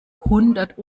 hundert